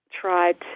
tried